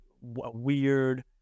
weird